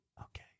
Okay